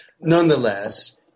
Nonetheless